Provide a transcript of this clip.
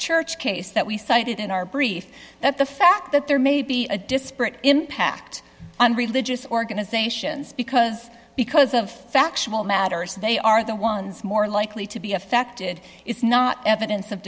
church case that we cited in our brief that the fact that there may be a disparate impact on religious organizations because because of factual matters they are the ones more likely to be affected it's not evidence of